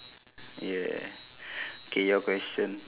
yeah K your question